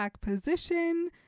position